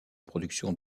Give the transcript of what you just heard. production